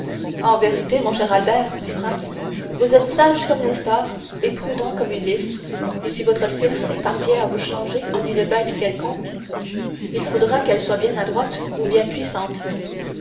en vérité mon cher albert dit franz vous êtes sage comme nestor et prudent comme ulysse et si votre circé parvient à vous changer en une bête quelconque il faudra qu'elle soit bien adroite ou bien puissante